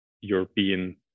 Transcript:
european